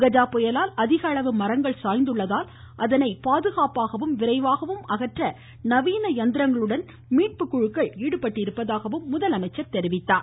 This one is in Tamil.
கஜா புயலால் அதிக அளவு மரங்கள் சாய்ந்துள்ளதால் அதனை பாதுகாப்பாகவும் விரைவாகவும் அகற்ற நவீன இயந்திரங்களுடன் மீட்பு குழுக்கள் ஈடுபட்டுள்ளதாக கூறினார்